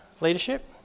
leadership